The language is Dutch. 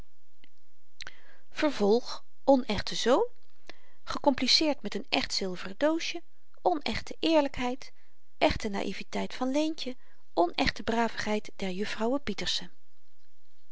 onechte zoon gekompliceerd met n echt zilveren doosje onechte eerlykheid echte naïveteit van leentje onechte bravigheid der juffrouwen pieterse